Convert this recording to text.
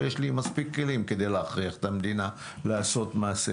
יש לי מספיק כלים כדי להכריח את המדינה לעשות מעשה